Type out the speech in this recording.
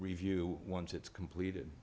review once it's completed